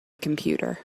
computer